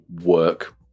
work